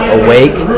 awake